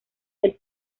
del